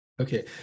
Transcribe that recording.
Okay